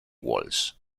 walls